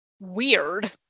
weird